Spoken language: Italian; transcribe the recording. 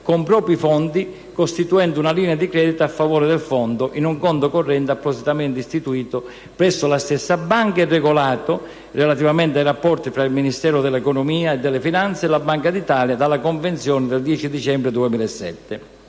con proprio fondi, costituendo una linea di credito a favore del Fondo in un conto corrente appositamente istituito presso la stessa Banca e regolato, relativamente ai rapporti tra il Ministero dell'economia e delle finanze e la Banca d'Italia, dalla Convenzione del 10 dicembre 2007.